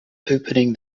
opening